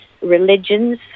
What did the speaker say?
religions